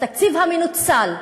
התקציב המנוצל,